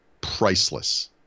Priceless